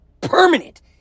permanent